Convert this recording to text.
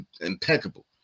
impeccable